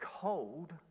cold